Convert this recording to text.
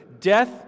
death